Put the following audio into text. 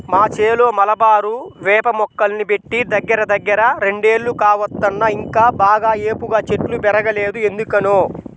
మా చేలో మలబారు వేప మొక్కల్ని బెట్టి దగ్గరదగ్గర రెండేళ్లు కావత్తన్నా ఇంకా బాగా ఏపుగా చెట్లు బెరగలేదు ఎందుకనో